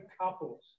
couples